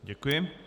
Děkuji.